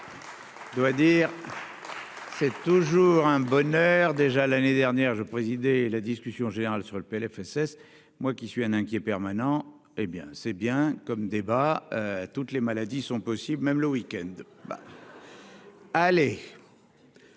je finis merci. C'est toujours un bonheur déjà l'année dernière j'ai présidé la discussion générale sur le PLFSS moi qui suis un inquiet permanent, hé bien, c'est bien comme débat à toutes les maladies sont possible, même le week-end. Allez.